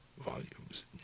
volumes